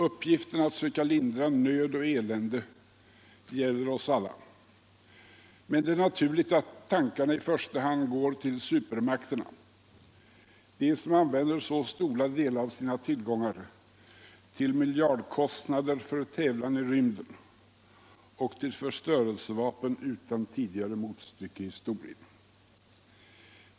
Uppgiften att söka lindra nöden och eländet gäller oss alla, men det är naturligt att tankarna i första hand går till supermakterna, de som använder så stora delar av sina tillgångar till teknisk tävlan i rymden och till förstörelsevapen utan tidigare motstycke i historien.